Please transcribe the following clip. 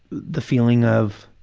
the feeling of